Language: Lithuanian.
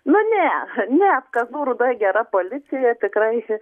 nu ne ne kazlų rūdoj gera policija tikrai